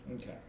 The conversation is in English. Okay